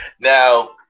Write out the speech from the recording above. Now